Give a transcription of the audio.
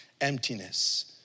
emptiness